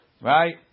Right